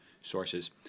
sources